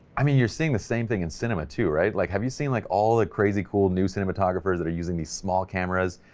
i mean you're seeing the same thing in cinema, right? like have you seen like all the crazy cool new cinematographers that are using these small cameras,